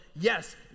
Yes